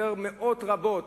מאות רבות,